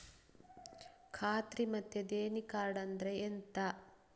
ಖಾತ್ರಿ ಮತ್ತೆ ದೇಣಿ ಕಾರ್ಡ್ ಅಂದ್ರೆ ಎಂತ?